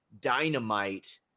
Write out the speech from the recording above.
Dynamite